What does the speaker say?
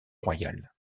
royal